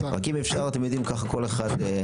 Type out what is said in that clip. רק אם אפשר, אתם יודעים ככה, כל אחד.